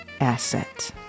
asset